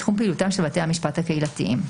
בתחום פעילותם של בתי המשפט הקהילתיים.